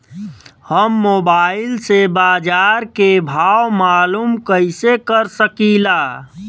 हम मोबाइल से बाजार के भाव मालूम कइसे कर सकीला?